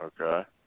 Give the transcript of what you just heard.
Okay